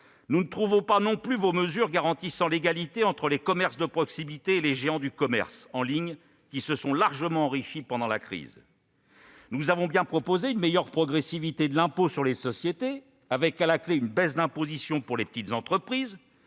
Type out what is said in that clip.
Nous ne trouvons pas non plus vos mesures garantissant l'égalité entre les commerces de proximité et les géants du commerce en ligne, qui se sont largement enrichis pendant la crise. Nous vous avons bien proposé une meilleure progressivité de l'impôt sur les sociétés, avec à la clé une baisse d'imposition pour les petites entreprises,